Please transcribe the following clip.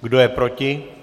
Kdo je proti?